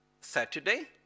Saturday